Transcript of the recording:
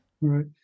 Right